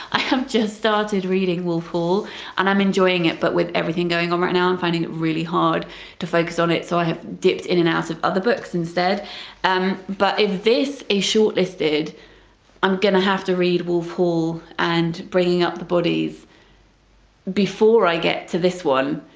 i have just started reading wolf hall and i'm enjoying it but with everything going on right now i'm finding it really hard to focus on it so i have dipped in and out of other books instead um but if this is shortlisted i'm going to have to read wolf hall and bring up the bodies before i get to this one,